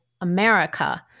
America